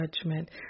judgment